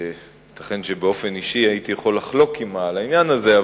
ייתכן שבאופן אישי הייתי יכול לחלוק עמה על העניין הזה,